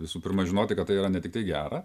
visų pirma žinoti kad tai yra ne tiktai gera